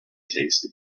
tasty